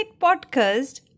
podcast